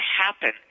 happen